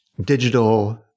digital